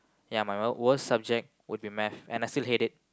ya my my worst subject would be Math and I still hate it